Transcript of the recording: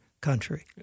country